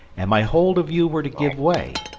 and my hold of you were to give way,